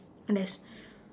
and there's